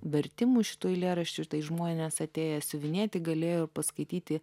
vertimų šitų eilėraščių tai žmonės atėję siuvinėti galėjo paskaityti